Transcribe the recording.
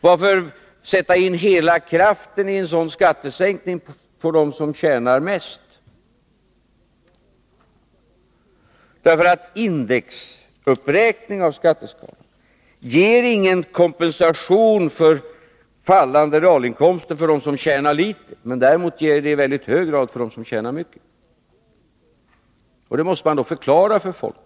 Varför sätta in hela kraften i en sådan skattesänkning på dem som tjänar mest? Indexuppräkning av skatteskalorna ger ingen kompensation för fallande realinkomster för dem som tjänar litet, men ger däremot kompensation i mycket hög grad för dem som tjänar mycket. Detta måste man förklara för människor.